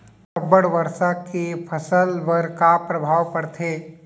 अब्बड़ वर्षा के फसल पर का प्रभाव परथे?